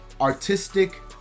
artistic